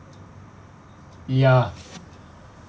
ya ya